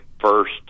first